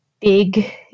big